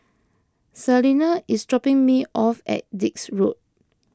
Salina is dropping me off at Dix Road